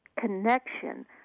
connection